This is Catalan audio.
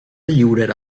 lliurarà